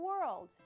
world